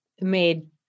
made